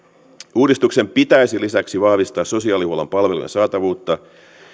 uudistuksen pitäisi lisäksi vahvistaa sosiaalihuollon palvelujen saatavuutta